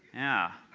yeah!